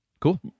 cool